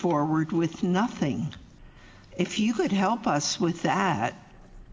forward with nothing if you could help us with that